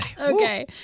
okay